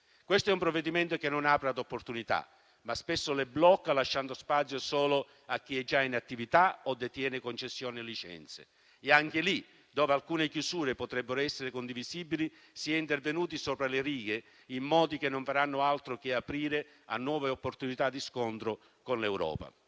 scelte? Il provvedimento in esame non apre ad opportunità, ma spesso le blocca lasciando spazio solo a chi è già in attività o detiene concessioni o licenze. Anche in quel caso, dove alcune chiusure potrebbero essere condivisibili, si è intervenuti sopra le righe in modi che non faranno altro che aprire a nuove opportunità di scontro con l'Europa.